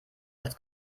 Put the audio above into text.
als